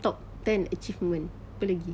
top ten achievement apa lagi